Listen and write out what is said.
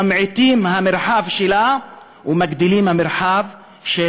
ממעיטים את המרחב שלה ומגדילים את המרחב של